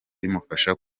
bimufasha